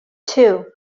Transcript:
two